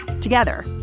Together